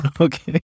Okay